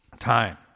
time